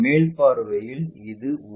மேல் பார்வையில் இது o